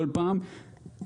כל פעם,